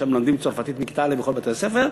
ושם מלמדים צרפתית מכיתה א' בכל בתי-הספר,